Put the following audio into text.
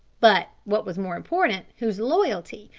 but what was more important, whose loyalty,